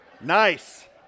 Nice